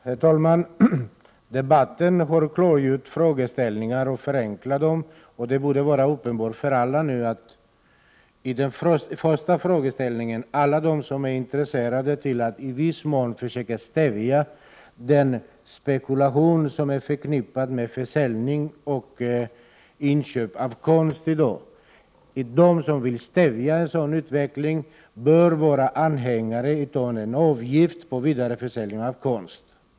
Herr talman! Debatten har klargjort och förenklat frågeställningarna. Det borde nu vara uppenbart för alla som är intresserade av att i viss mån försöka stävja den spekulation som är förknippad med försäljning och inköp av konst att de bör vara anhängare av förslaget om en avgift på vidareförsäljning av konst.